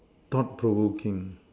stop talking